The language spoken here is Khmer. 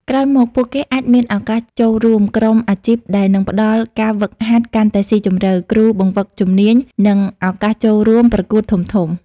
ក្រោយមក ពួកគេអាចមានឱកាស ចូលរួមក្រុមអាជីព ដែលនឹងផ្តល់ការហ្វឹកហាត់កាន់តែស៊ីជម្រៅ គ្រូបង្វឹកជំនាញ និងឱកាសចូលរួមប្រកួតធំៗ។